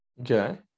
Okay